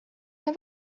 know